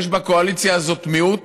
יש בקואליציה הזאת מיעוט